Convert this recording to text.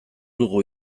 dugu